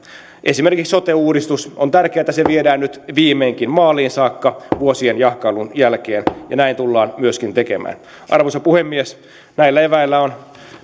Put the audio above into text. esimerkiksi sote uudistuksesta on tärkeää että se viedään nyt viimeinkin maaliin saakka vuosien jahkailun jälkeen ja näin tullaan myöskin tekemään arvoisa puhemies näillä eväillä on